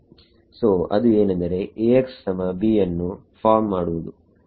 ಸೋಅದು ಏನೆಂದರೆ Axbಯನ್ನು ಫಾರ್ಮ್ ಮಾಡುವುದು